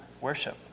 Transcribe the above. worship